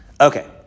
Okay